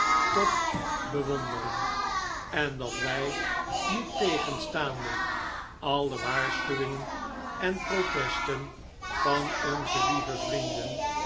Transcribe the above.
toch bewonderen en dat wij niettegenstaande al de waarschuwingen en protesten van onze lieve vrienden